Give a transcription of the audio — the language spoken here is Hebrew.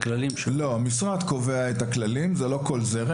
לא, המשרד קובע את הכללים, זה לא כל זרם.